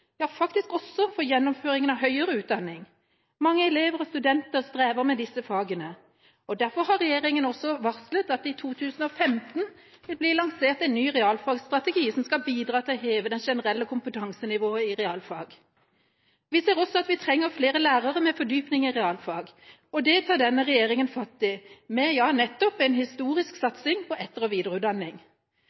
ja faktisk også for gjennomføring av høyere utdanning. Mange elever og studenter strever med disse fagene, og derfor har regjeringa også varslet at det i 2015 vil bli lansert en ny realfagsstrategi, som skal bidra til å heve det generelle kompetansenivået i realfag. Vi ser også at vi trenger flere lærere med fordypning i realfag. Det tar denne regjeringa fatt i, med – ja nettopp – en historisk satsing på etter- og videreutdanning.